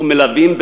ומלווים,